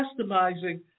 customizing